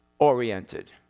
oriented